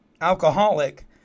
alcoholic